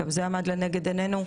גם זה עמד לנגד עיננו.